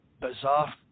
bizarre